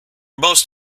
most